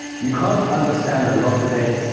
you can't understand a lot of it,